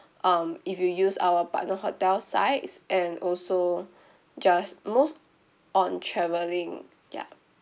um if you use our partner hotels sites and also just most on travelling ya